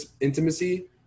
intimacy